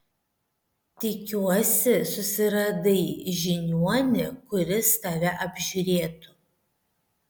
tikiuosi susiradai žiniuonį kuris tave apžiūrėtų